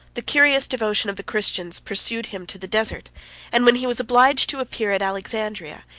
the curious devotion of the christians pursued him to the desert and when he was obliged to appear at alexandria,